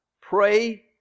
pray